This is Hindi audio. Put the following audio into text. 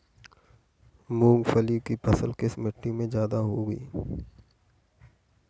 मूंगफली की फसल किस मिट्टी में ज्यादा होगी?